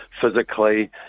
physically